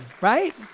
Right